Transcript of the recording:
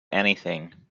anything